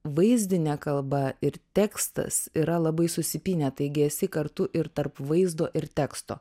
vaizdinė kalba ir tekstas yra labai susipynę taigi esi kartu ir tarp vaizdo ir teksto